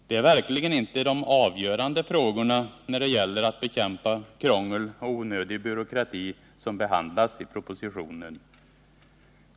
Det är verkligen inte de avgörande frågorna när det gäller att bekämpa krångel och onödig byråkrati som behandlas i propositionen.